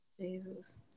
Jesus